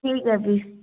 ठीक ऐ फ्ही